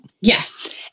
Yes